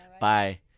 Bye